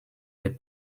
des